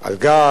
על דלק,